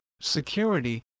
security